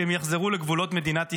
שהם יחזרו לגבולות מדינת ישראל.